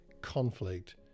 conflict